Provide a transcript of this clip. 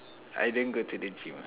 I didn't go to the gym ah